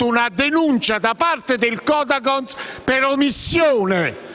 una denuncia da parte del Codacons per omissione